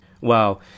Wow